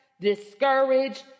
discouraged